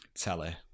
telly